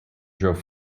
drove